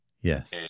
Yes